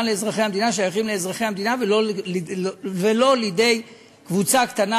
לאזרחי המדינה שייכים לאזרחי המדינה ולא לקבוצה קטנה,